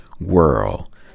world